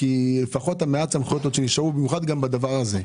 לפחות את מעט הסמכויות שנשארו, במיוחד בדבר הזה.